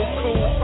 cool